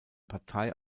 partei